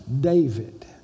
David